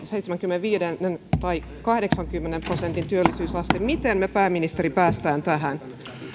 seitsemänkymmenenviiden tai kahdeksankymmenen prosentin työllisyysastetta miten me pääministeri pääsemme tähän